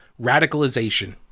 radicalization